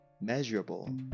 measurable